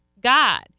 God